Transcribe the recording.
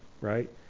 right